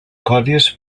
codis